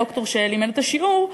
הדוקטור שלימד את השיעור,